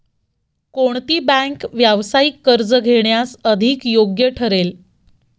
कोणती बँक व्यावसायिक कर्ज घेण्यास अधिक योग्य ठरेल?